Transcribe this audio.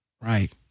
Right